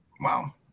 Wow